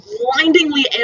blindingly